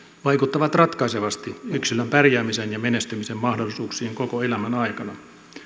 vaikuttavat ratkaisevasti yksilön pärjäämiseen ja menestymisen mahdollisuuksiin koko elämän aikana